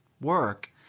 work